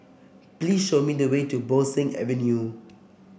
please show me the way to Bo Seng Avenue